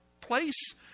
place